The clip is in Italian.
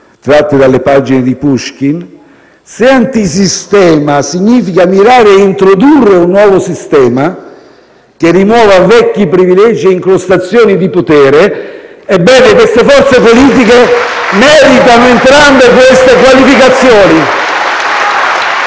pagine del «Discorso su Puškin» - se antisistema significa mirare a introdurre un nuovo sistema che rimuova vecchi privilegi e incrostazioni di potere, ebbene, queste forze politiche meritano entrambe queste qualificazioni.